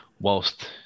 whilst